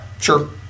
Sure